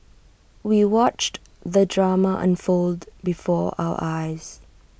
we watched the drama unfold before our eyes